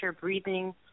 breathing